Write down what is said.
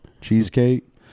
cheesecake